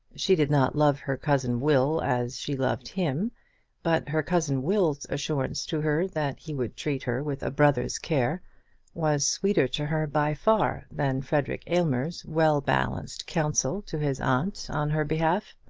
she did not love her cousin will as she loved him but her cousin will's assurance to her that he would treat her with a brother's care was sweeter to her by far than frederic aylmer's well-balanced counsel to his aunt on her behalf.